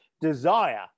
desire